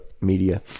media